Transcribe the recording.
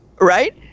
Right